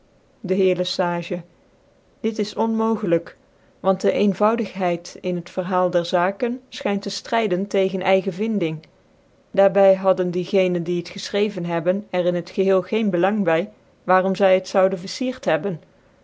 de heer le sage dit is onmogclykj want de eenvoudigheid in het verhanl der zaaken fchynt tc ftryden tegens eigen vinding daar bv hadden die genen die het gefchrevcn hebben er in t geheel geen belang by waarom zy het zoude verciert hebben